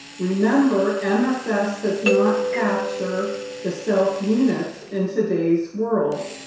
remember, and mss ah so does not capture the self units in today's world,